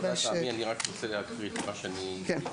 תודה תמי, אני רק רוצה להקריא דבר שהתבקשתי.